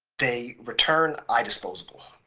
they return idisposable.